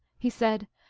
he said,